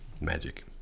magic